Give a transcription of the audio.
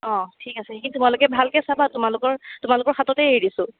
অঁ ঠিক আছে সেইখিনি তোমালোকে ভালকে চাবা তোমোলাকৰ তোমালোকৰ হাততেই এৰি দিছোঁ